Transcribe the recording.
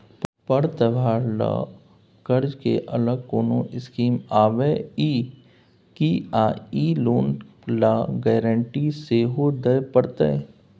पर्व त्योहार ल कर्ज के अलग कोनो स्कीम आबै इ की आ इ लोन ल गारंटी सेहो दिए परतै?